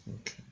okay